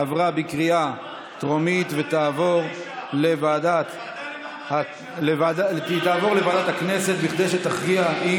התש"ף 2020, לוועדה שתקבע ועדת הכנסת נתקבלה.